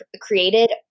created